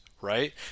right